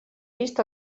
vist